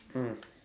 mm